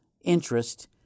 interest